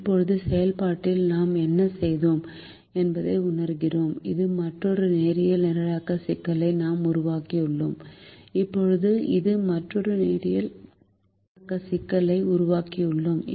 இப்போது செயல்பாட்டில் நாம் என்ன செய்தோம் என்பதை உணர்கிறோம் இது மற்றொரு நேரியல் நிரலாக்க சிக்கலை நாம் உருவாக்கியுள்ளோம் இப்போது இது மற்றொரு நேரியல் நிரலாக்க சிக்கலை உருவாக்கியுள்ளோம்